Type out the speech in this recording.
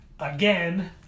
Again